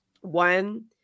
One